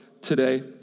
today